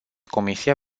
comisia